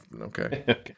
Okay